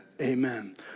Amen